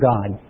God